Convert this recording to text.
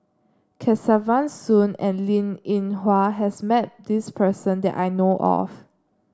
Kesavan Soon and Linn In Hua has met this person that I know of